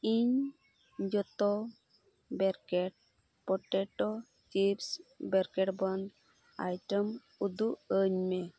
ᱤᱧ ᱡᱚᱛᱚ ᱵᱮᱨᱠᱮᱴ ᱯᱚᱴᱮᱴᱳ ᱪᱤᱯᱥ ᱵᱮᱨᱠᱮᱴ ᱵᱚᱱ ᱟᱭᱴᱮᱢ ᱩᱫᱩᱜ ᱟᱹᱧᱢᱮ